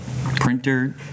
printer